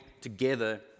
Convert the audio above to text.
together